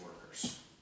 workers